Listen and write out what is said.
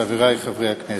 חברי חברי הכנסת,